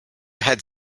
had